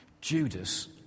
Judas